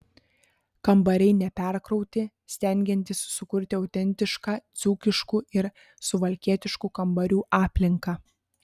kambariai neperkrauti stengiantis sukurti autentišką dzūkiškų ir suvalkietiškų kambarių aplinką